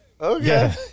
Okay